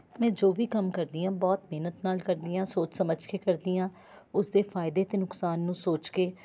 ਮੈਂ ਜੋ ਵੀ ਕੰਮ ਕਰਦੀ ਹਾਂ ਬਹੁਤ ਮਿਹਨਤ ਨਾਲ ਕਰਦੀ ਹਾਂ ਸੋਚ ਸਮਝ ਕੇ ਕਰਦੀ ਹਾਂ ਉਸ ਦੇ ਫਾਇਦੇ ਅਤੇ ਨੁਕਸਾਨ ਨੂੰ ਸੋਚ ਕੇ